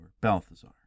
Balthazar